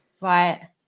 Right